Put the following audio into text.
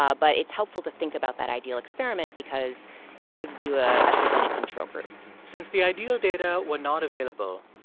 um but it's helpful to think about that ideal experiment because it gives you a treatment and control group since the ideal data were not available,